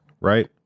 right